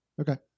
Okay